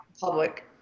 public